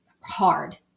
hard